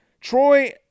Troy